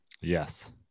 Yes